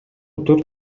төрт